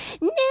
no